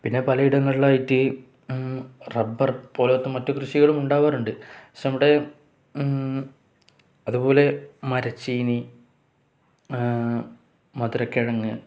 പിന്നെ പലയിടങ്ങളിലായിട്ട് റബ്ബർ പോലത്തെ മറ്റു കൃഷികളും ഉണ്ടാവാറുണ്ട് പക്ഷെ നമ്മുടെ അതുപോലെ മരച്ചീനി മധുരക്കിഴങ്